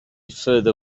further